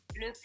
Le